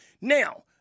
Now